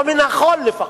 או מן החול, לפחות,